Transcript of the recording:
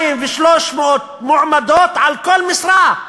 200 ו-300 מועמדות על כל משרה,